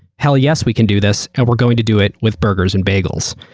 hell, yes, we can do this and we're going to do it with burgers and bagels.